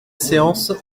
séance